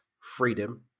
freedom